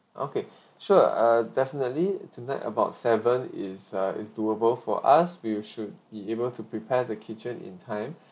okay sure uh definitely tonight about seven is uh is doable for us we should be able to prepare the kitchen in time